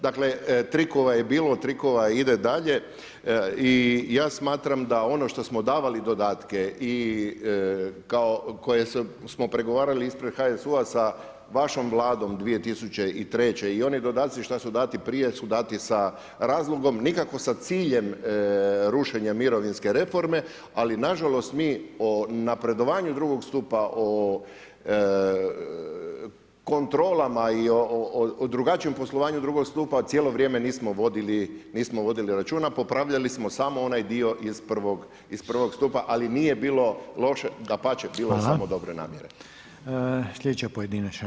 Dakle trikova je bilo, trikova ide dalje i ja smatram da ono što smo davali dodatke koje smo pregovarali ispred HSU-a sa vašom vladom 2003. i oni dodaci što su dati prije su dati sa razlogom, nikako sa ciljem rušenja mirovinske reforme ali nažalost mi o napredovanju II. stupa, o kontrolama i o drugačijem poslovanju II. stupa cijelo vrijeme nismo vodili računa, popravljali smo samo onaj dio samo iz I. stupa ali nije bilo loše, dapače, bilo je samo dobre namjere.